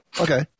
Okay